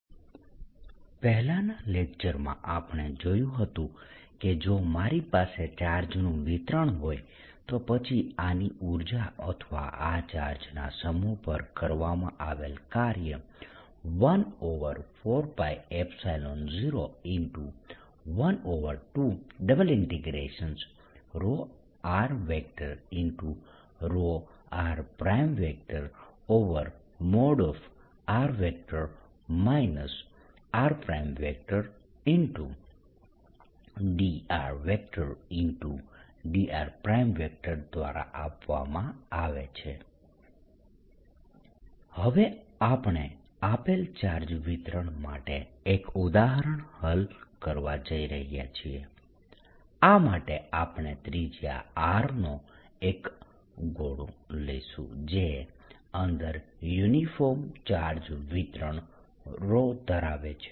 charge વિતરણની ઉર્જા II એક ઉદાહરણ પહેલાનાં લેકચર માં આપણે જોયું હતું કે જો મારી પાસે ચાર્જ નું વિતરણ હોય તો પછી આની ઉર્જા અથવા આ ચાર્જના સમૂહ પર કરવામાં આવેલ કાર્ય 14π012∬r ρr|r r|drdr દ્વારા આપવામાં આવે છે E14π012∬r ρr|r r|drdr હવે આપણે આપેલ ચાર્જ વિતરણ માટે એક ઉદાહરણ હલ કરવા જઈ રહ્યા છીએ આ માટે આપણે ત્રિજ્યા R નો એક ગોળો લઈશું જે અંદર યુનિફોર્મ ચાર્જ વિતરણ ધરાવે છે